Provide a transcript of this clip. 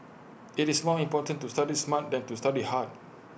IT is more important to study smart than to study hard